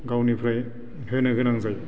गावनिफ्राय होनो गोनां जायो